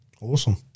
Awesome